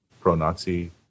pro-Nazi